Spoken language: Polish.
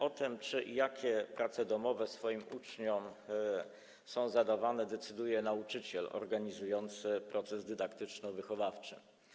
O tym, czy i jakie prace domowe uczniom są zadawane, decyduje nauczyciel organizujący proces dydaktyczno-wychowawczy.